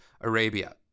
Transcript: Arabia